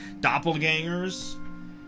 doppelgangers